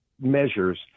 measures